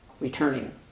returning